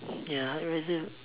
ya I rather